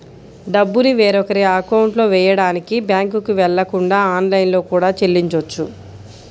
డబ్బుని వేరొకరి అకౌంట్లో వెయ్యడానికి బ్యేంకుకి వెళ్ళకుండా ఆన్లైన్లో కూడా చెల్లించొచ్చు